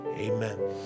Amen